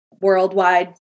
worldwide